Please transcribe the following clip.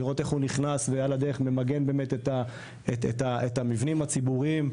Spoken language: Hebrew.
לראות איך הוא נכנס ועל הדרך למגן את המבנים הציבוריים.